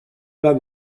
pas